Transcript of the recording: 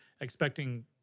expecting